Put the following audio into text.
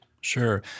Sure